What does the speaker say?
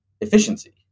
efficiency